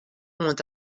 oant